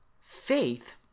Faith